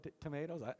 tomatoes